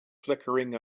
flickering